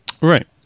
Right